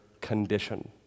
condition